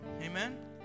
Amen